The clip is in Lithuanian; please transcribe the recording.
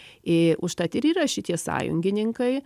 į užtat ir yra šitie sąjungininkai